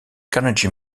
carnegie